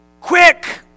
quick